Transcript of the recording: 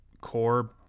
core